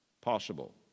possible